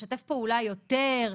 לשתף פעולה יותר,